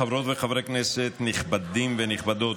חברות וחברי כנסת נכבדים ונכבדות,